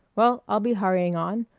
well, i'll be hurrying on.